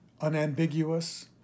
unambiguous